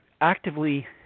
actively